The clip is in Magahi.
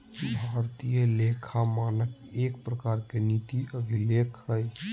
भारतीय लेखा मानक एक प्रकार के नीति अभिलेख हय